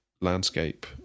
landscape